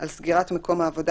על סגירת מקום העבודה,